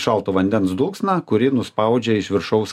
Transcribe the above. šalto vandens dulksną kuri nuspaudžia iš viršaus